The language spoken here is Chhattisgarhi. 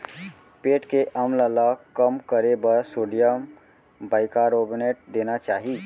पेट के अम्ल ल कम करे बर सोडियम बाइकारबोनेट देना चाही